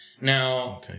Now